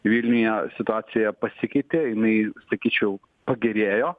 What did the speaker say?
vilniuje situacija pasikeitė jinai sakyčiau pagerėjo